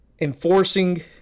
enforcing